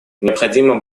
необходимо